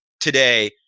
today